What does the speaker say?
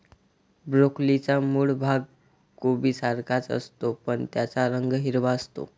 ब्रोकोलीचा मूळ भाग कोबीसारखाच असतो, पण त्याचा रंग हिरवा असतो